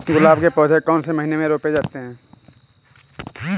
गुलाब के पौधे कौन से महीने में रोपे जाते हैं?